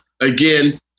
again